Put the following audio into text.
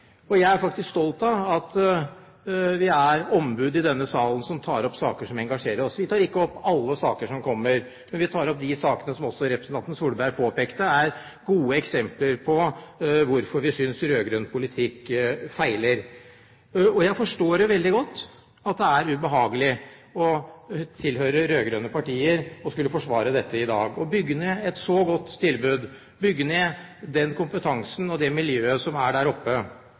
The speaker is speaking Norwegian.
Jeg er faktisk stolt av at vi er ombud i denne salen, som tar opp saker som engasjerer oss. Vi tar ikke opp alle saker som kommer, men vi tar opp de sakene som også representanten Solberg påpekte er gode eksempler på hvorfor vi synes rød-grønn politikk feiler. Jeg forstår veldig godt at det er ubehagelig å tilhøre rød-grønne partier og skulle forsvare i dag at man bygger ned et så godt tilbud, bygger ned den kompetansen og det miljøet som er der oppe,